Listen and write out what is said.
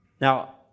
Now